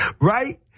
right